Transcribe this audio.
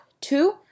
Two